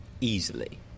easily